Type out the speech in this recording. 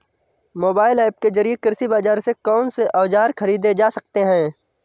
Mobile app के जरिए कृषि बाजार से कौन से औजार ख़रीदे जा सकते हैं?